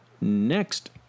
next